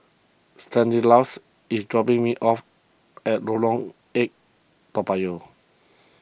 Stanislaus is dropping me off at Lorong eight Toa Payoh